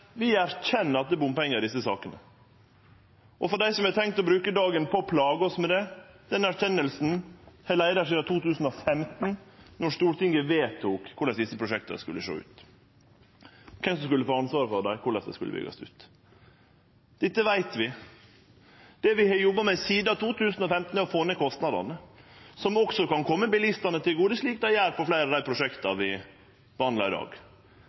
Vi erkjenner at det er bompengar i desse sakene. Til dei som har tenkt å bruke dagen på å plage oss med det: Den erkjenninga har lege der sidan 2015, då Stortinget vedtok korleis desse prosjekta skulle sjå ut, kven som skulle få ansvaret for dei, korleis det skulle byggjast ut. Dette veit vi. Det vi har jobba med sidan 2015, er å få ned kostnadane, som også kan kome bilistane til gode, slik det gjer på fleire av dei prosjekta vi behandlar i dag.